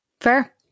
Fair